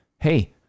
Hey